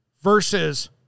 versus